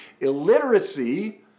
illiteracy